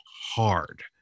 hard